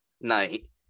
night